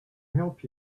help